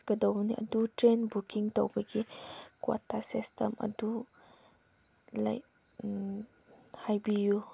ꯆꯠꯀꯗꯧꯕꯅꯤ ꯑꯗꯨ train booking ꯇꯧꯕꯒꯤ quota system ꯑꯗꯨ ꯍꯥꯏꯕꯤꯌꯨ